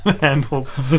handles